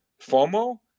FOMO